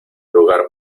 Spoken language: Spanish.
lugar